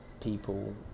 people